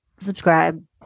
subscribe